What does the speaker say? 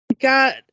got